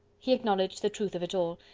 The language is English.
he acknowledged the truth of it all,